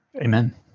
amen